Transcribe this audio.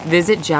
Visit